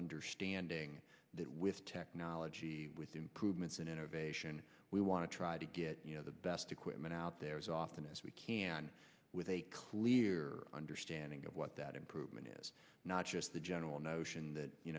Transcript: understanding that with technology with the improvements in innovation we want to try to get the best equipment out there as often as we can with a clear understanding of what that improvement is not just the general notion that you